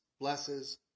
blesses